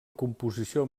composició